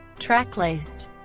track list